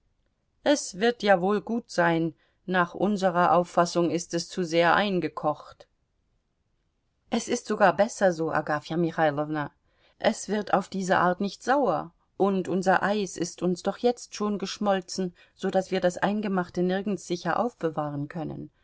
es wird ja wohl gut sein nach unserer auffassung ist es zu sehr eingekocht es ist sogar besser so agafja michailowna es wird auf diese art nicht sauer und unser eis ist uns doch jetzt schon geschmolzen so daß wir das eingemachte nirgends sicher aufbewahren können